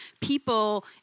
people